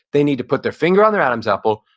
they need to put their finger on their adam's apple.